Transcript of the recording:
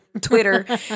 Twitter